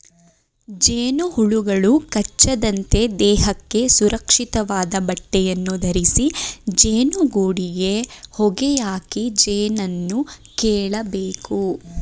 ಜೇನುಹುಳುಗಳು ಕಚ್ಚದಂತೆ ದೇಹಕ್ಕೆ ಸುರಕ್ಷಿತವಾದ ಬಟ್ಟೆಯನ್ನು ಧರಿಸಿ ಜೇನುಗೂಡಿಗೆ ಹೊಗೆಯಾಕಿ ಜೇನನ್ನು ಕೇಳಬೇಕು